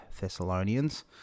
Thessalonians